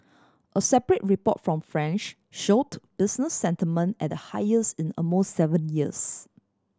a separate report from France showed business sentiment at the highest in almost seven years